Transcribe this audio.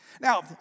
Now